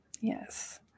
Yes